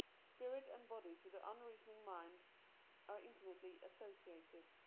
spirit and body to the unreasoning mind are inti mately associated.